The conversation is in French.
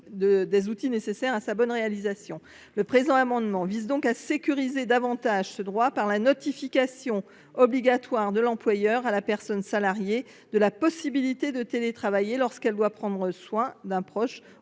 les outils nécessaires à sa bonne réalisation. Le présent amendement vise donc à sécuriser davantage ce droit par la notification obligatoire de l’employeur à la personne salariée de la possibilité de télétravailler lorsqu’elle doit prendre soin d’un proche